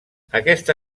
aquesta